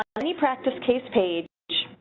any practice case page.